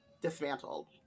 dismantled